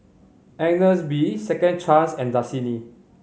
Agnes B Second Chance and Dasani